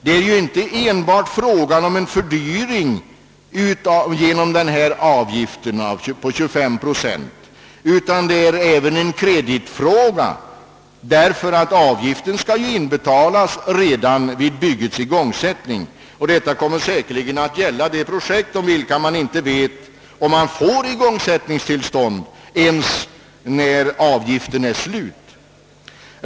Det är ju inte enbart fråga om en fördyring genom denna avgift på 25 procent, utan det är även en kreditfråga, eftersom avgiften skall inbetalas redan vid byggets igångsättning. Detta kommer säkerligen att gälla de projekt beträf fande vilka man inte vet om man får igångsättningstillstånd ens när avgiftstiden är slut.